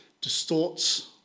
distorts